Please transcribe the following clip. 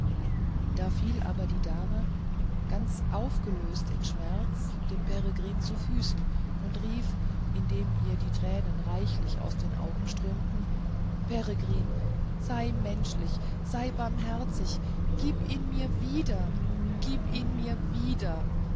da fiel aber die dame ganz aufgelöst in schmerz dem peregrin zu füßen und rief indem ihr die tränen reichlich aus den augen strömten peregrin sei menschlich sei barmherzig gib ihn mir wieder gib ihn mir wieder